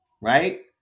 right